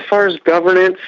far as governance,